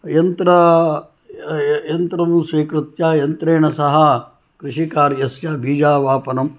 यन्त्र यन्त्रं स्वीकृत्य यन्त्रेण सह कृषिकार्यस्य बीजावापनं